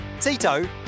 Tito